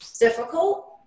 difficult